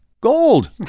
gold